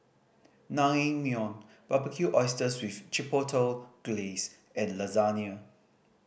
Naengmyeon Barbecued Oysters with Chipotle Glaze and Lasagna